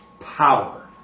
power